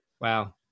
Wow